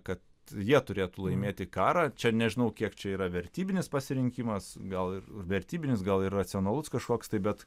kad jie turėtų laimėti karą čia nežinau kiek čia yra vertybinis pasirinkimas gal ir vertybinis gal ir racionalus kažkoks tai bet